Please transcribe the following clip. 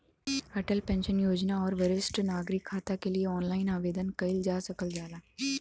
Atal pension Yojana आउर वरिष्ठ नागरिक खाता के लिए ऑनलाइन आवेदन कइल जा सकल जाला